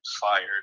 fired